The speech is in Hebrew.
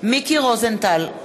מיקי רוזנטל,